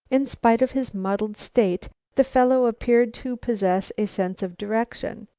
in spite of his muddled state the fellow appeared to possess a sense of direction,